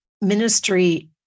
ministry